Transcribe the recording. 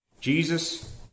Jesus